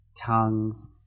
tongues